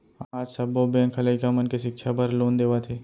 आज सब्बो बेंक ह लइका मन के सिक्छा बर लोन देवत हे